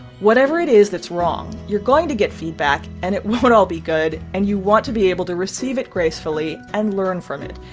whatever it is that's wrong, you're going to get feedback. and it won't all be good, and you want to be able to receive it gracefully and learn from it,